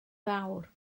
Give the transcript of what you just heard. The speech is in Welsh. fawr